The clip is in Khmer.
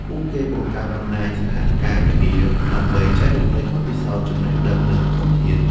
ពួកគេបង្កើតបណ្តាញសហការគ្នាដើម្បីចែករំលែកបទពិសោធន៍ ចំណេះដឹង និងធនធាន។